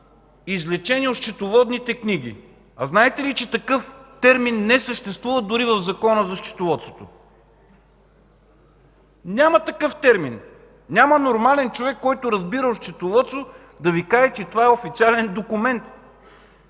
извлечение от счетоводните книги. А знаете ли, че такъв термин не съществува, дори в Закона за счетоводството?! Няма такъв термин! Няма нормален човек, който разбира от счетоводство, да Ви каже, че това е официален документ.